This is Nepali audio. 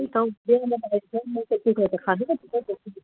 त्यही त हौ ज्वरोमा त कुखुरा त खाँदैन